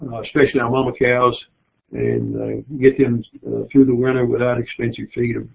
especially our mama cows and get them through the winter without expensive feed. um